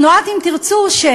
תנועת "אם תרצו",